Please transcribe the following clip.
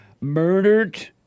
murdered